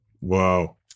Wow